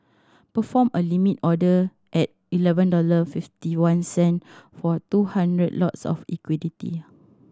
perform a Limit order at eleven dollar fifty one cent for two hundred lots of